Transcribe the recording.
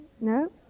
No